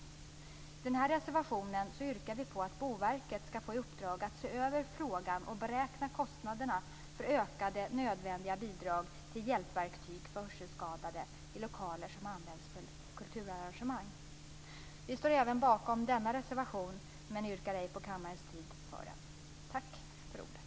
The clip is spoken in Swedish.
I den här reservationen yrkar vi att Boverket skall få i uppdrag att se över frågan och beräkna kostnaderna för ökade nödvändiga bidrag till hjälpverktyg för hörselskadade i lokaler som används för kulturarrangemang. Även denna reservation står vi bakom men av hänsyn till kammarens tid har vi inget yrkande. Tack för ordet!